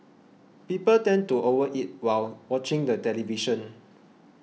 people tend to over eat while watching the television